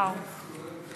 וואו,